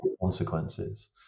consequences